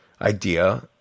idea